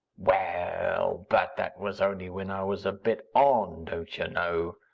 well, but that was only when i was a bit on, don't you know?